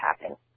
happen